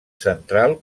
central